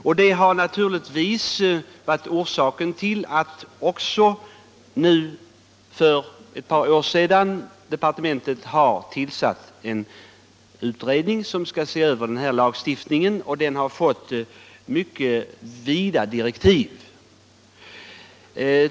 Detta var naturligtvis orsaken till att departementet för ett par år sedan tillsatte en utredning som skall se över den här lagstiftningen. Utredningen har fått mycket vida direktiv.